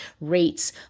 rates